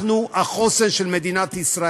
אנחנו החוסן של מדינת ישראל.